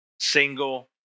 single